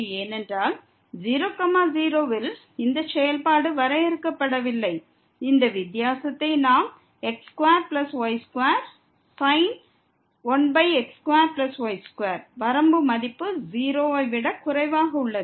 ஏனென்றால் 0 0 ல் இந்த செயல்பாடு வரையறுக்கப்படவில்லை செயல்பாட்டின் வேறுபாடு அதாவது x2y21x2y2 வரம்பு மதிப்பு 0 ஐ விட குறைவாக உள்ளது